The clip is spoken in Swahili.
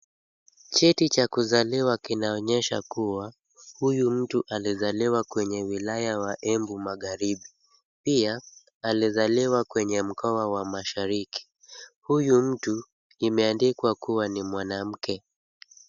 Cheti cha kuzaliwa kinaonyesha kuwa, huyu mtu alizaliwa kwenye wilaya wa Embu magharibi. Pia alizaliwa kwenye mkoa wa mashariki. Huyu mtu imeandikwa kuwa ni mwanamke.